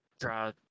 try